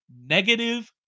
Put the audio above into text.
negative